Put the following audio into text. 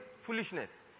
foolishness